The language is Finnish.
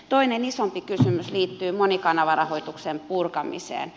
toinen isompi kysymys liittyy monikanavarahoituksen purkamiseen